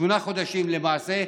שמונה חודשים למעשה,